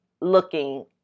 looking